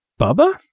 Bubba